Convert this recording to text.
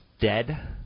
dead